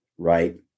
Right